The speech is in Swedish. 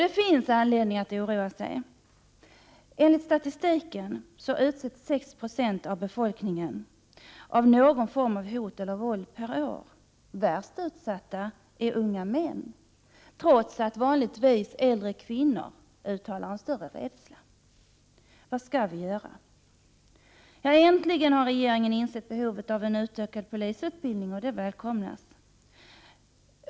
Det finns anledning att oroa sig. Enligt statistiken utsätts per år 6 96 av befolkningen för någon form av hot eller våld. Värst utsatta är unga män, trots att vanligtvis äldre kvinnor uttalar en större rädsla. Vad skall vi göra? Ja, äntligen har regeringen insett behovet av en utökad polisutbildning, och det välkomnas.